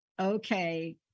okay